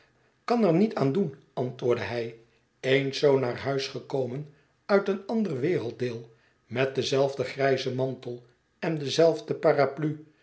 kan er niet aan doen antwoordde hij eens zoo naar huis gekomen uit een ander werelddeel met denzelfden grijzen mantel en dezelfde paraplu